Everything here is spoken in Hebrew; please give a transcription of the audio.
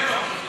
לקדם אותו.